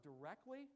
directly